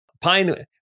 pine